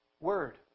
word